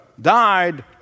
died